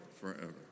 forever